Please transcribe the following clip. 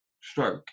stroke